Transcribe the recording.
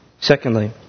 Secondly